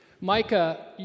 Micah